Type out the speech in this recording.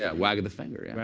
yeah wag of the finger. yeah